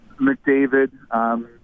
McDavid –